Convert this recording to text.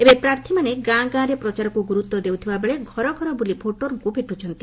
ଏବେ ପ୍ରାର୍ଥୀମାନେ ଗାଁ ଗାଁରେ ପ୍ରଚାରକୁ ଗୁରୁତ୍ୱ ଦେଉଥିବା ବେଳେ ଘରଘର ବୁଲି ଭୋଟରଙ୍କୁ ଭେଟୁଛନ୍ତି